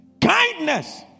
Kindness